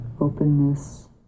openness